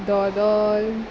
दोदोल